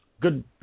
Good